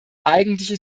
eigentliche